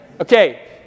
okay